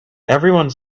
everyone